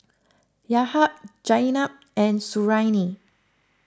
Yahya Zaynab and Suriani